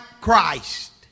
Christ